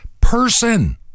person